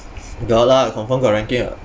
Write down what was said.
got lah confirm got ranking ah